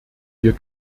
wir